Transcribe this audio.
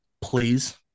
please